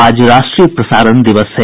आज राष्ट्रीय प्रसारण दिवस है